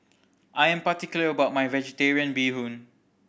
I am particular about my Vegetarian Bee Hoon